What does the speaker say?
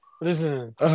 Listen